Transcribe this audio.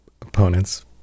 opponents